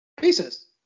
Pieces